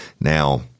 Now